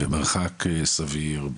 במרחק סביר,